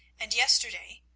and yesterday,